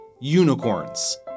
unicorns